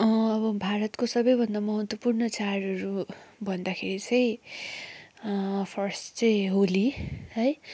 अब भारतको सबैभन्दा महत्त्वपूर्ण चाडहरू भन्दाखेरि चाहिँ फर्स्ट चाहिँ होली है